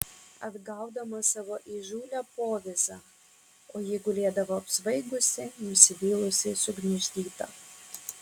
atgaudamas savo įžūlią povyzą o ji gulėdavo apsvaigusi nusivylusi sugniuždyta